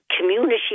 community